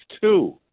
two